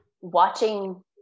watching